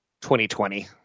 2020